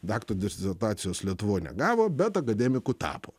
dakto disertacijos lietuvoj negavo bet akademiku tapo